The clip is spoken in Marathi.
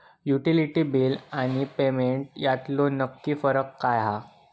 युटिलिटी बिला आणि पेमेंट यातलो नक्की फरक काय हा?